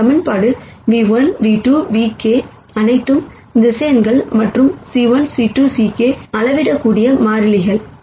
இந்த equation ν₁ ν₂ vk அனைத்தும் வெக்டார்கள் மற்றும் c1 c2 ck அளவிடக்கூடிய மாறிலிகள்